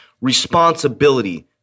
responsibility